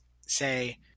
say